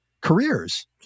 careers